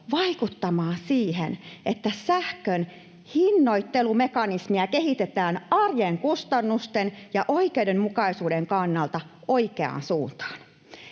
vaikuttamaan siihen, että sähkön hinnoittelumekanismia kehitetään arjen kustannusten ja oikeudenmukaisuuden kannalta oikeaan suuntaan.